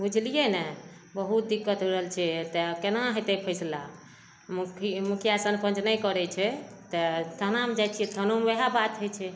बुझलियै ने बहुत दिक्कत होइ रहल छै तेॅं केना हेतै फैसला मुखी मुखिया सरपञ्च नहि करै छै तऽ थानामे जाइ छियै थानोमे वहए बात होइ छै